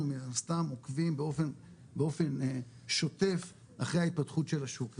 מן הסתם עוקבים באופן שוטף אחרי ההתפתחות של השוק הזה.